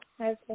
Okay